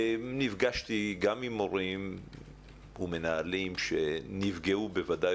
נפגשתי גם עם מורים ומנהלים שנפגעו בוודאי